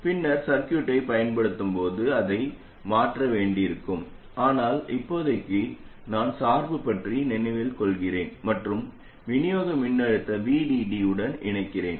பின்னர் சர்க்யூட்டைப் பயன்படுத்தும் போது அதை மாற்ற வேண்டியிருக்கும் ஆனால் இப்போதைக்கு நான் சார்பு பற்றி நினைவில்கொள்கிறேன் மற்றும் விநியோக மின்னழுத்த VDD உடன் இணைக்கிறேன்